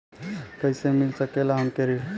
कइसे मिल सकेला हमके ऋण?